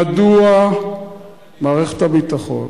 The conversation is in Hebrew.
מדוע מערכת הביטחון